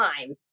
time